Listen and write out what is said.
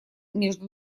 между